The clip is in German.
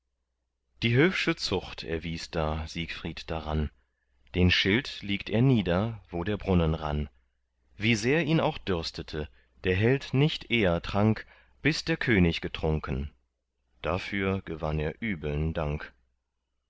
die höfsche zucht erwies da siegfried daran den schild legt er nieder wo der brunnen rann wie sehr ihn auch dürstete der held nicht eher trank bis der könig getrunken dafür gewann er übeln dank